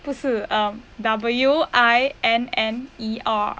不是 um W_I_N_N_E_R